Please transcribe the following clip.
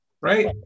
Right